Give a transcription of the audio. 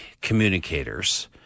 communicators